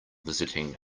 visiting